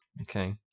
Okay